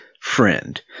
friend